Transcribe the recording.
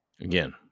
Again